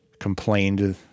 complained